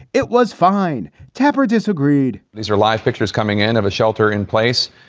it was fine. tapper disagreed these are live pictures coming in of a shelter in place,